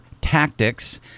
Tactics